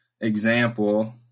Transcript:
Example